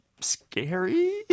scary